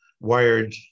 wired